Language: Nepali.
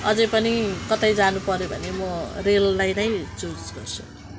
अझै पनि कतै जानुपर्यो भने म रेललाई नै चुज गर्छु